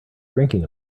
drinking